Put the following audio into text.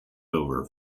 over